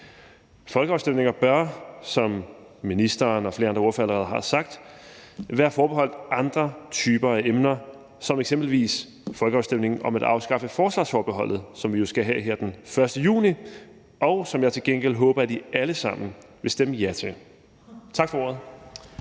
Folkeafstemninger bør, som både ministeren og flere andre ordførere allerede har sagt, være forbeholdt andre typer emner som eksempelvis folkeafstemningen om at afskaffe forsvarsforbeholdet, som vi jo skal have her den 1. juni, og som jeg til gengæld håber at I alle sammen vil stemme ja til. Tak for ordet.